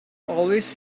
always